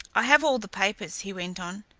i have all the papers, he went on.